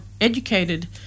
educated